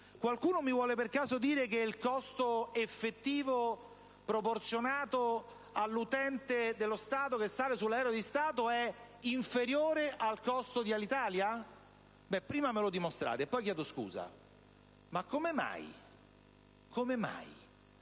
Qualcuno mi vuole per caso dire che il costo effettivo, proporzionato all'utente dello Stato che sale sull'aereo di Stato, è inferiore al costo di Alitalia? Prima me lo dimostrate e poi chiedo scusa. Ma come mai? Io,